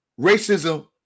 racism